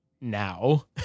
now